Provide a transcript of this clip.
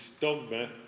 dogma